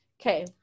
Okay